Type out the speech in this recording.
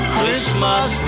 Christmas